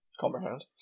comprehend